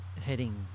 heading